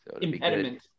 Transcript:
impediment